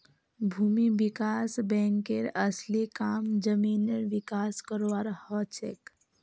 भूमि विकास बैंकेर असली काम जमीनेर विकास करवार हछेक